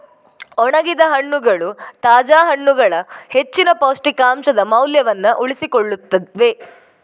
ಒಣಗಿದ ಹಣ್ಣುಗಳು ತಾಜಾ ಹಣ್ಣುಗಳ ಹೆಚ್ಚಿನ ಪೌಷ್ಟಿಕಾಂಶದ ಮೌಲ್ಯವನ್ನು ಉಳಿಸಿಕೊಳ್ಳುತ್ತವೆ